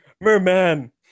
Merman